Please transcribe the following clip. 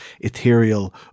ethereal